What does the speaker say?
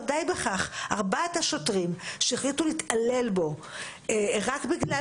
ארבעת השוטרים שהחליטו להתעלל בו רק בגלל